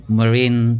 marine